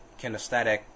kinesthetic